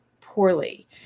poorly